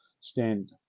stand